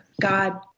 God